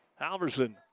Alverson